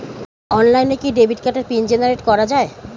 অনলাইনে কি ডেবিট কার্ডের পিন জেনারেট করা যায়?